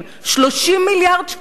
30 מיליארד שקלים,